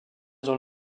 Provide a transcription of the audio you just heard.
dans